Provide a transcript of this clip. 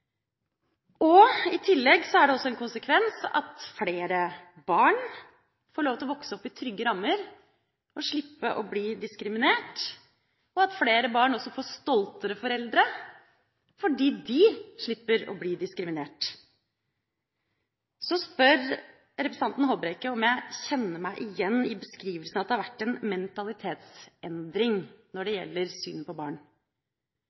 I tillegg er det en konsekvens at flere barn får lov til å vokse opp i trygge rammer og slipper å bli diskriminert, og at flere barn også får stoltere foreldre fordi de slipper å bli diskriminert. Så spør representanten Håbrekke om jeg kjenner meg igjen i beskrivelsen av at det har vært en mentalitetsendring når det gjelder syn på barn.